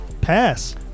Pass